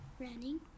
Running